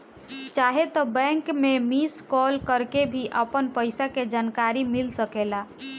चाहे त बैंक के मिस कॉल करके भी अपन पईसा के जानकारी मिल सकेला